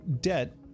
debt